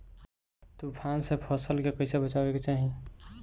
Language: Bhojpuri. तुफान से फसल के कइसे बचावे के चाहीं?